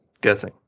guessing